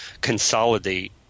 consolidate